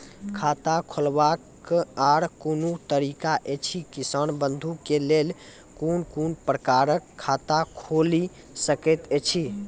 खाता खोलवाक आर कूनू तरीका ऐछि, किसान बंधु के लेल कून कून प्रकारक खाता खूलि सकैत ऐछि?